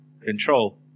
control